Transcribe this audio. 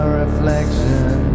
reflection